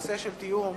התיאום,